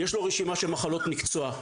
יש לו רשימה של מחלות מקצוע.